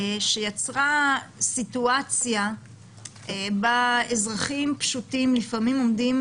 מה שיצר סיטואציה שבה אזרחים פשוטים עומדים